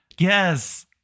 Yes